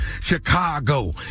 Chicago